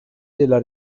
della